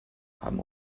haben